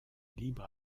libre